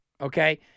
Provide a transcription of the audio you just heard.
okay